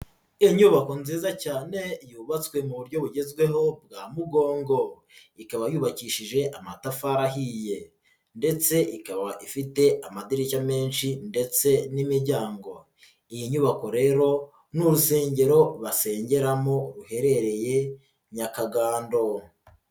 Inyubako nziza cyane yubatswe mu buryo bugezweho bwa mugongo, ikaba yubakishije amatafari ahiye ndetse ikaba ifite amadirishya menshi ndetse n'imiryango, iyi nyubako rero ni urusengero basengeramo ruherereye Nyakagando.